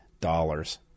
dollars